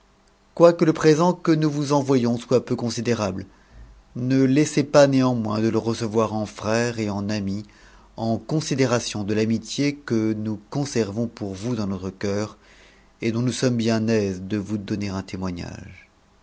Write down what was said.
quoique le présent que nous vous envoyons soit peu considérable ne a laissez pas néanmoins de le recevoir en frère et en ami en considération de l'amitié que nous conservons pour vous dans notre coeur et dont nous sommes bien aise de vous donner un témoignage